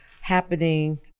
happening